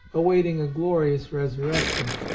awaiting a glorious resurrection.